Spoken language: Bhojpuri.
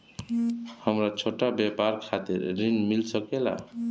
हमरा छोटा व्यापार खातिर ऋण मिल सके ला?